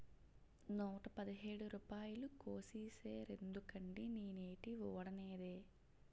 నూట పదిహేడు రూపాయలు కోసీసేరెందుకండి నేనేటీ వోడనేదే